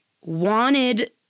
wanted